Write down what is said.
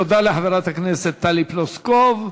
תודה לחברת הכנסת טלי פלוסקוב.